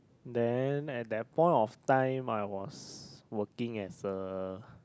then at that point of time I was working as a